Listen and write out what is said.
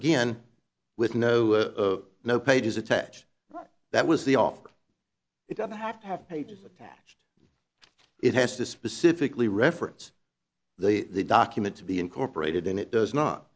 again with no no pages attached that was the offer it doesn't have to have pages attached it has to specifically reference the document to be incorporated in it does not